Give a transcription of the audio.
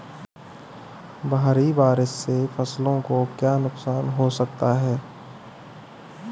भारी बारिश से फसलों को क्या नुकसान हो सकता है?